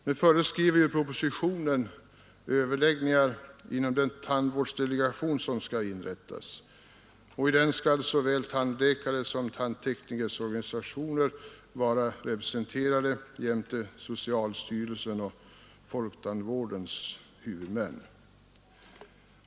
Nu föreskriver propositionen överläggningar inom den tandvårdsdelegation som skall inrättas, och i den skall såväl tandläkarna som tandteknikernas organisationer vara representerade jämte socialstyrelsens och folktandvårdens huvudmän.